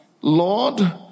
Lord